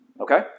Okay